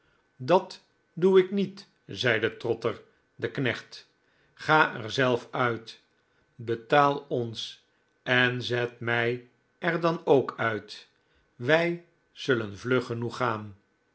dat doe ik niet zeide trotter de knecht ga er zelf uit betaal ons en zet mij er dan ook uit wij zullen vlug genoeg gaan